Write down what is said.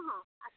ହଁ ଆସ୍ବ